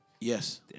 yes